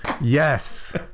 Yes